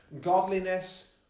godliness